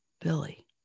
Billy